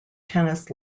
tennis